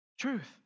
Truth